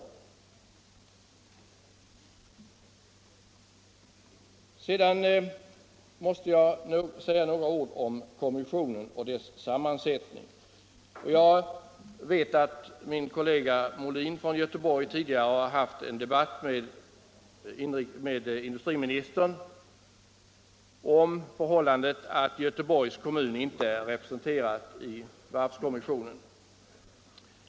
Sedan måste jag säga några ord om kommissionen och dess sammansättning. Jag vet att min kollega Björn Molin tidigare haft en debatt med industriministern om det förhållandet, att Göteborgs kommun inte är representerat i varvskommissionen.